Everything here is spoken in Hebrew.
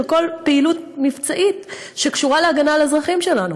כל פעילות מבצעית שקשורה להגנה על האזרחים שלנו.